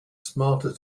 smarter